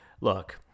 Look